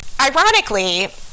Ironically